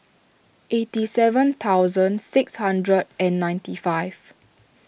eighty seven thousand six hundred and ninety five